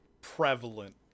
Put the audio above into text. prevalent